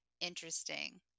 interesting